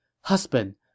Husband